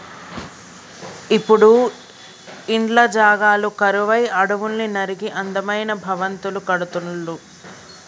ఇప్పుడు ఇండ్ల జాగలు కరువై అడవుల్ని నరికి అందమైన భవంతులు కడుతుళ్ళు